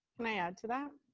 can i add to that?